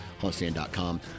HuntStand.com